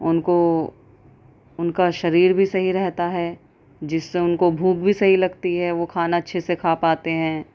ان کو ان کا شریر بھی صحیح رہتا ہے جس سے ان کو بھوک بھی صحیح لگتی ہے وہ کھانا اچھے سے کھا پاتے ہیں